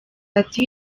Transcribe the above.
ati